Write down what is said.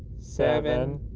seven.